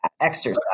exercise